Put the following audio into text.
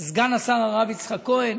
סגן השר הרב יצחק כהן,